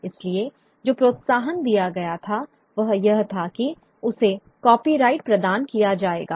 इसलिए जो प्रोत्साहन दिया गया था वह यह था कि उसे कॉपीराइट प्रदान किया जाएगा